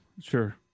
sure